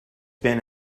been